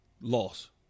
loss